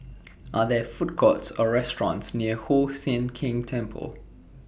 Are There Food Courts Or restaurants near Hoon Sian Keng Temple